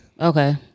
Okay